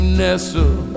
nestle